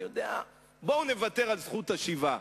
אני יודע: בואו נוותר על זכות השיבה,